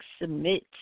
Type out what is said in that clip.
Submit